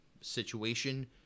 situation